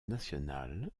nationale